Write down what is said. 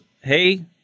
hey